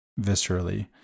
viscerally